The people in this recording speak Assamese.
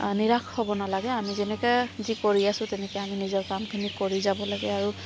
নিৰাশ হ'ব নালাগে আমি যেনেকৈ আমি যি কৰি আছো তেনেকৈ আমি নিজৰ কামখিনি কৰি যাব লাগে আৰু